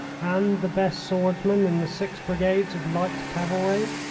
and the best swordsman in the six brigades of light cavalry.